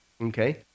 okay